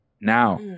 now